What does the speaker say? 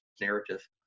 narrative